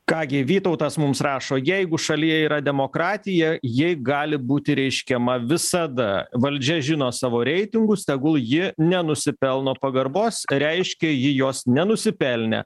ką gi vytautas mums rašo jeigu šalyje yra demokratija ji gali būti reiškiama visada valdžia žino savo reitingus tegul ji nenusipelno pagarbos reiškia ji jos nenusipelnė